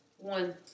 One